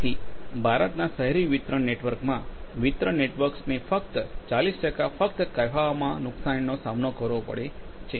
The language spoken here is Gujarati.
તેથી ભારતના શહેરી વિતરણ નેટવર્કમાં વિતરણ નેટવર્ક્સને ફક્ત 40 ટકા ફક્ત કહેવામાં નુકસાનીનો સામનો કરવો પડે છે